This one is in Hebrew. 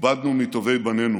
איבדנו מטובי בנינו,